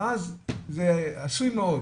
זה עשוי מאוד